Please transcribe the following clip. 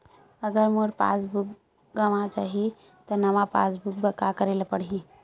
अगर मोर passbook गवां जाहि त नवा पास बुक बर का करे ल पड़हि?